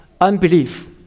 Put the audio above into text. unbelief